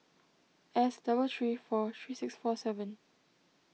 S double three four three six four seven